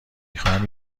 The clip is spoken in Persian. خواهم